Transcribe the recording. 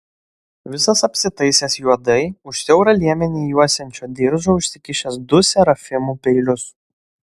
visas apsitaisęs juodai už siaurą liemenį juosiančio diržo užsikišęs du serafimų peilius